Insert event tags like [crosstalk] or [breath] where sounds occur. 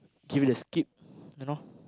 give it a skip [breath] you know [breath]